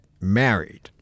married